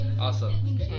Awesome